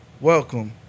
welcome